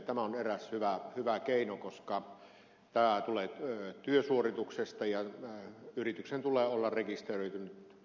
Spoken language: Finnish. tämä on eräs hyvä keino koska tämä tulee työsuorituksesta ja yrityksen tulee olla rekisteröitynyt